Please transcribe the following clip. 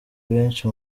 benshi